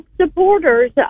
supporters